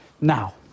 Now